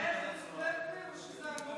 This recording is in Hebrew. חבר הכנסת יבגני סובה, אינו נוכח, חבר הכנסת עמית